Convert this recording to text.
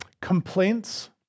complaints